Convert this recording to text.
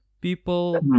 people